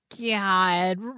God